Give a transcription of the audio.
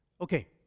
Okay